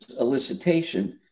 elicitation